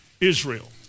Israel